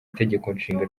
itegekonshinga